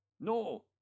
No